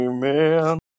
Amen